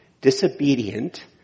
disobedient